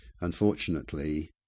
unfortunately